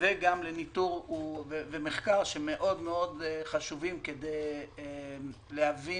וגם לניטור ומחקר שמאוד חשובים כדי להבין